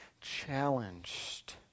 challenged